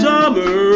Summer